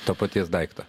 to paties daikto